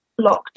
lockdown